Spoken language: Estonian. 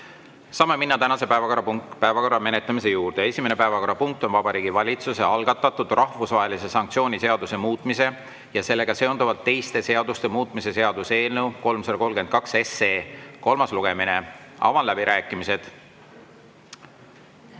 Saame minna tänase päevakorra menetlemise juurde. Esimene päevakorrapunkt on Vabariigi Valitsuse algatatud rahvusvahelise sanktsiooni seaduse muutmise ja sellega seonduvalt teiste seaduste muutmise seaduse eelnõu 332 kolmas lugemine. Avan läbirääkimised.